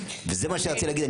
וזה מה שרציתי להגיד.